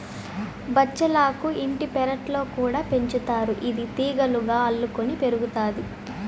బచ్చలాకు ఇంటి పెరట్లో కూడా పెంచుతారు, ఇది తీగలుగా అల్లుకొని పెరుగుతాది